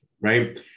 Right